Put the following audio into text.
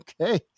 Okay